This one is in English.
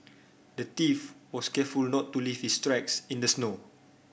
the thief was careful not to leave his tracks in the snow